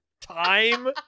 Time